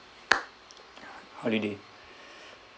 holiday